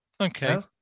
Okay